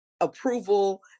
approval